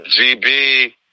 GB